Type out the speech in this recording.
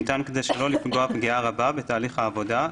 שניתן כדי שלא לפגוע פגיעה רבה בתהליך העבודה,